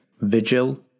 Vigil